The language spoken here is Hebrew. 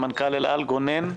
מנכ"ל אל על גונן אוסישקין.